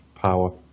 Power